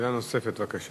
שאלה נוספת, בבקשה.